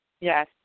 Yes